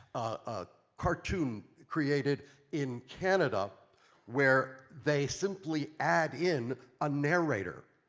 a cartoon created in canada where they simply add in a nar eight or.